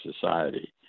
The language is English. society